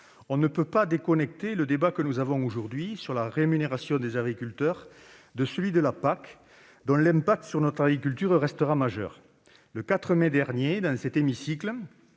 On ne peut pas déconnecter le débat que nous avons aujourd'hui sur la rémunération des agriculteurs de celui sur la PAC, dont l'impact sur notre agriculture restera majeur. Le 4 mai dernier, dans cet hémicycle,